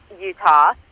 Utah